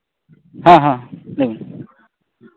ᱦᱮᱸ ᱦᱮᱸ ᱞᱟᱹᱭ ᱢᱮ